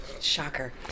Shocker